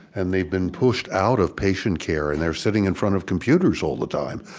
and they've been pushed out of patient care, and they're sitting in front of computers all the time.